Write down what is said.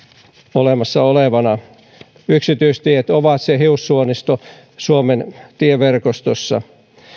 olemassa olevana yksityistiet ovat se hiussuonisto suomen tieverkostossa